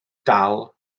dal